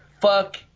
fuck